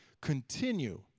continue